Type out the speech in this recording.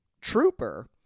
trooper